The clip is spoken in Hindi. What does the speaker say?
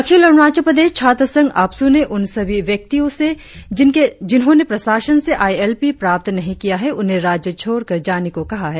अखिल अरुणाचल प्रदेश छात्र संघ आप्सू ने उन सभी व्यक्तियों से जिन्होंने प्रशासन से आई एल पी प्राप्त नही किया है उन्हे राज्य छोड़कर जाने को कहा है